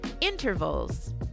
Intervals